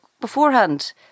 beforehand